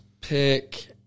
pick